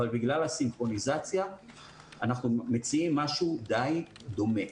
אבל בגלל הסינכרוניזציה אנחנו מציעים משהו די דומה.